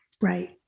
Right